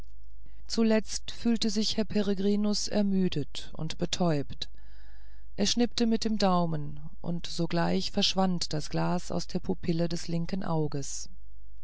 zuletzt fühlte sich herr peregrinus ermüdet und betäubt er schnippte mit dem daumen und sogleich verschwand das glas aus der pupille des linken auges